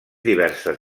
diverses